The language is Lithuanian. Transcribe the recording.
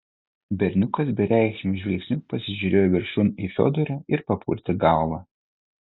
berniukas bereikšmiu žvilgsniu pasižiūrėjo viršun į fiodorą ir papurtė galvą